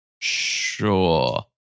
sure